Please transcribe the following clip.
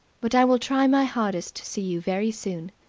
but i will try my hardest to see you very soon.